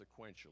sequentially